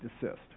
desist